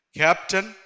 captain